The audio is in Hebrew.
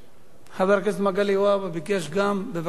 חבר הכנסת מגלי והבה ביקש גם, בבקשה.